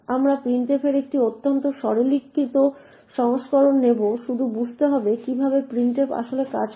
আমরা printf এর একটি অত্যন্ত সরলীকৃত সংস্করণ নেব শুধু বুঝতে হবে কিভাবে printf আসলে কাজ করে